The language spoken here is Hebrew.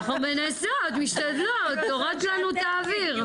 אנחנו מנסות, משתדלות, הורדת לנו את האוויר.